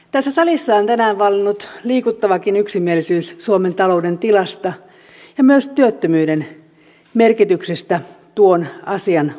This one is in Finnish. tässä salissa on tänään vallinnut liikuttavakin yksimielisyys suomen talouden tilasta ja myös työttömyyden merkityksestä tuon asian osalta